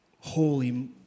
holy